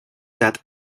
that